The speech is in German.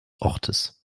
ortes